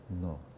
No